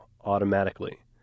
automatically